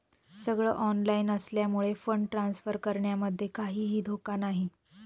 सगळ ऑनलाइन असल्यामुळे fund transfer करण्यामध्ये काहीही धोका नाही